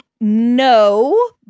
No